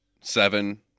seven